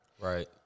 Right